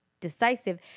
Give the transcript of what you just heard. decisive